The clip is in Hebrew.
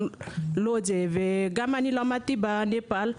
וגם למדתי בנפאל,